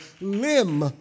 limb